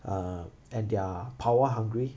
uh and they're power-hungry